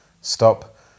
Stop